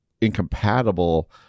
incompatible